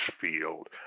field